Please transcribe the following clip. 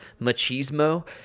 machismo